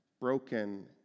broken